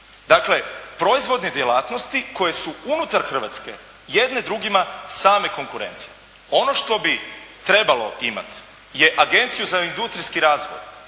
Dakle proizvodne djelatnosti koje su unutar Hrvatske jedne drugima same konkurencija. Ono što bi trebalo imati je agenciju za industrijski razvoj